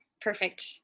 Perfect